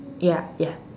ya ya